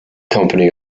company